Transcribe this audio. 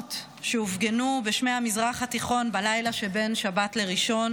המדהימות שהופגנו בשמי המזרח התיכון בלילה שבין שבת לראשון